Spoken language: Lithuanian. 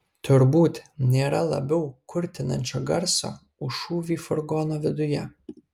turbūt nėra labiau kurtinančio garso už šūvį furgono viduje